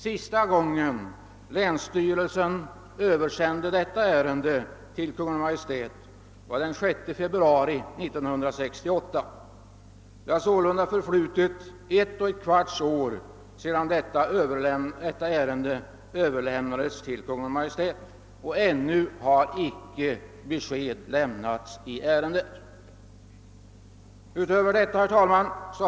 Sista gången länssty relsen översände ärendet till Kungl. Maj:t var den 6 februari 1968. Det har förflutit ett och ett kvarts år sedan ärendet överlämnades till Kungl. Maj:t, och ännu har något besked inte lämmats.